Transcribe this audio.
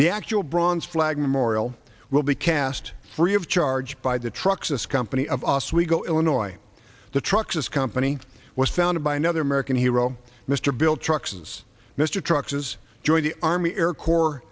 the actual bronze flag memorial will be cast free of charge by the trucks us company of oswego illinois the trucks company was founded by another american hero mr bill chuck has mr truck has joined the army